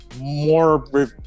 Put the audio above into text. more